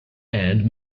and